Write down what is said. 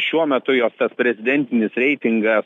šiuo metu jos tas prezidentinis reitingas